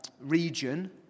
region